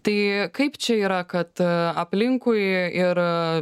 tai kaip čia yra kad aplinkui ir